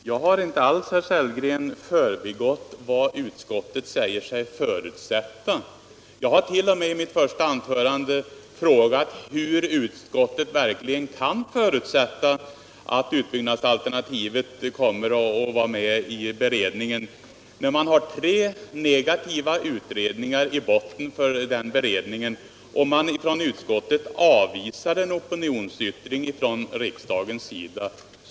Herr talman! Jag har inte alls, herr Sellgren, förbigått vad utskottet säger sig förutsätta. Jag har t.o.m. i mitt första anförande frågat hur utskottet verkligen kan förutsätta att utbyggnadsalternativet kommer att vara med i beredningen när det finns tre negativa utredningar i botten för den och utskottet avvisar en opinionsyttring från riksdagens sida.